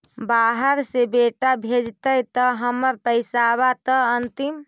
बाहर से बेटा भेजतय त हमर पैसाबा त अंतिम?